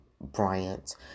Bryant